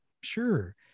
Sure